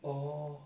two three